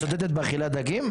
את מצדדת באכילת דגים?